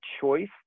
choice